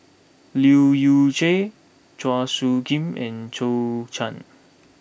Leu Yew Chye Chua Soo Khim and Zhou Can